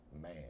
man